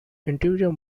interior